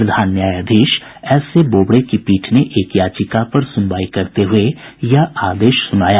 प्रधान न्यायाधीश S A Bobde की पीठ ने एक याचिका पर सुनवाई करते हुए यह आदेश सुनाया